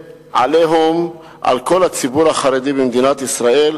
ו"עליהום" על כל הציבור החרדי במדינת ישראל,